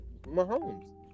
Mahomes